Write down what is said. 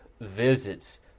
visits